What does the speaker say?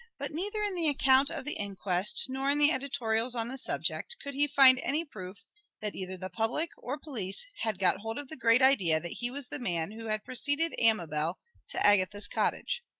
but neither in the account of the inquest nor in the editorials on the subject could he find any proof that either the public or police had got hold of the great idea that he was the man who had preceded amabel to agatha's cottage.